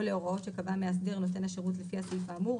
או להוראות שקבע מאסדר נותן השירות לפי הסעיף האמור,